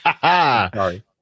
Sorry